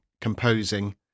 composing